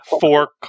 four